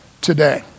today